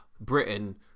Britain